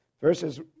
verses